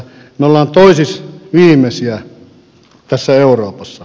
me olemme toiseksi viimeisiä tässä euroopassa